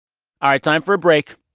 all right, time for a break.